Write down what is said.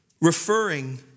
referring